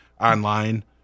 online